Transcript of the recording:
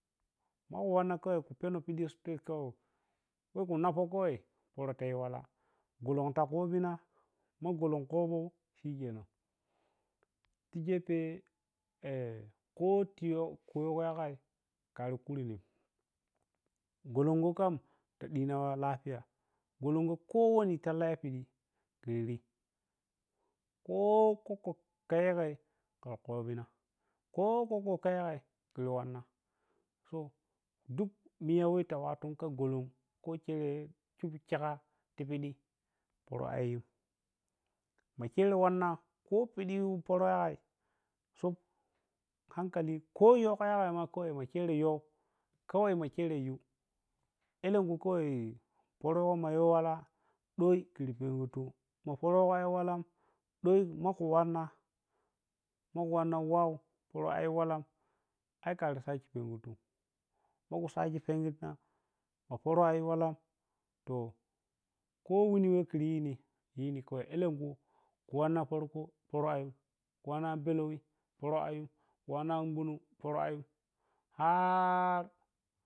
Maku wanna kawai kupero pidi store kawai ɓoku nappo kawai poro ktiyi wala golonta kobina ma golon kopou shikenan ti gefe eh ko tiyo, kuyuvka yagao kari kureni golongo kanta dina ka lafiya, golongo kowani talla yapidi ti wori ko kikkoi kayagai ta kobina ko kokko ka yagai ti wanna to duk miyan waa ti wattu ka golon ko chero shup chiga ti pidi to ai ma chero wanna ko pidi poro aryin sop hankali koyow ka yagai ma, machero yow mawao kawai ma cherovu elenku kawi poro mumma yow wala ɗoi kur pergurtu ma porogo ayu walan dei maku wnna maku wanna waw wehayu walam ai karisake perguntun ko ku sake pengina ma poro ayuwalan to ko wuni weh kur yini, yini kawai elenku ku wanna farko, poro vum, ku wanna an pelouwi poro ayum ku wannanan gbunium poro yum har.